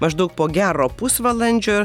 maždaug po gero pusvalandžio